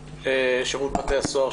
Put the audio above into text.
בשירות בתי הסוהר,